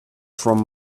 from